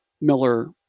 miller